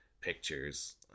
pictures